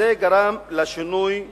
זה גרם לשינוי משמעותי,